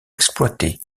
exploitée